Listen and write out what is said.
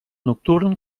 nocturn